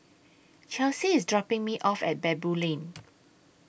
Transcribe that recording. Chelsy IS dropping Me off At Baboo Lane